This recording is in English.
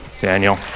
Daniel